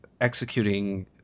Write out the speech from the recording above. executing